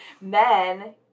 men